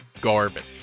garbage